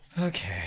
Okay